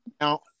Now